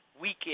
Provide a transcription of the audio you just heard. Weekend